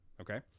Okay